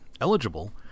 eligible